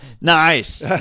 nice